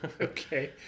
Okay